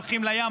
הולכים לים,